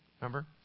Remember